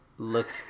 look